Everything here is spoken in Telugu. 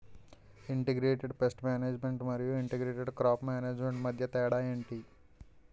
ఇంటిగ్రేటెడ్ పేస్ట్ మేనేజ్మెంట్ మరియు ఇంటిగ్రేటెడ్ క్రాప్ మేనేజ్మెంట్ మధ్య తేడా ఏంటి